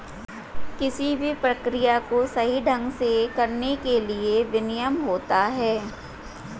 किसी भी प्रक्रिया को सही ढंग से करने के लिए भी विनियमन होता है